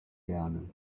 gerne